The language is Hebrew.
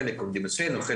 חלק עובדים אצלנו.